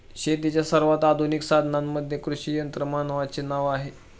शेतीच्या सर्वात आधुनिक साधनांमध्ये कृषी यंत्रमानवाचे नाव येते